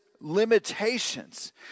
limitations